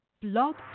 Blog